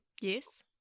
Yes